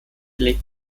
legt